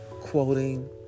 quoting